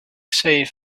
save